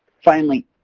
finally,